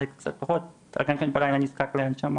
אלכס קצת פחות אבל כן בלילה הוא נזקק להנשמה.